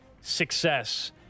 success